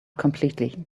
completely